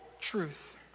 truth